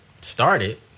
started